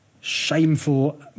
shameful